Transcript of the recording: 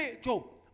Joe